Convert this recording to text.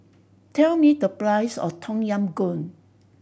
tell me the price of Tom Yam Goong